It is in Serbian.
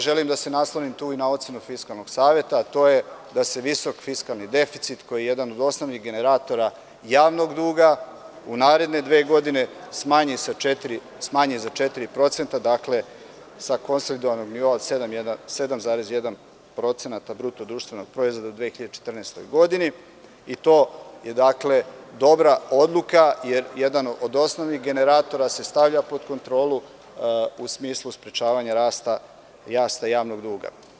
Želim da se naslonim tu i na ocenu Fiskalnog saveta, a to je da se visok fiskalni deficit, koji je jedan od osnovnih generatora javnog duga u naredne dve godine smanji za 4%, dakle sa konsolidovanog nivoa od 7,1% BDP u 2014. godini i to je dobra odluka, jer jedan osnovnih generatora se stavlja pod kontrolu u smislu sprečavanja rasta javnog duga.